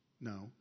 No